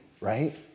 right